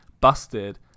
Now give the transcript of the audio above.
Busted